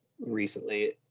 recently